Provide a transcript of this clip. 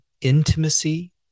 intimacy